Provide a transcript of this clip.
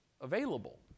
available